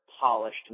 polished